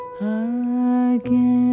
again